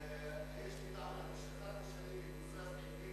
יש לי בעיה, אני שכחתי שאני מקוזז עם ליצמן.